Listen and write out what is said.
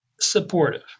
supportive